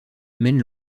mène